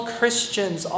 Christians